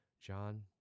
John